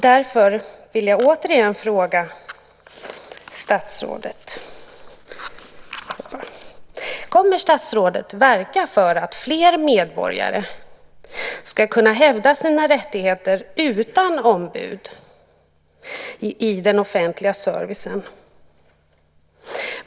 Därför vill jag återigen fråga statsrådet: Kommer statsrådet att verka för att fler medborgare ska kunna hävda sina rättigheter utan ombud i den offentliga servicen?